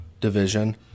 division